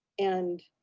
and